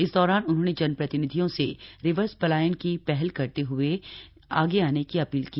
इस दौरान उन्होंने जनप्रतिनिधियों से रिवर्स पलायन की पहल करते हुए आगे आने की अपील की